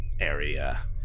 area